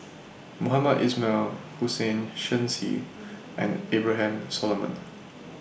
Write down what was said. Mohamed Ismail Hussain Shen Xi and Abraham Solomon